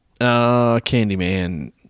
Candyman